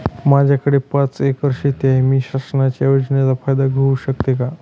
माझ्याकडे पाच एकर शेती आहे, मी शासनाच्या योजनेचा फायदा घेऊ शकते का?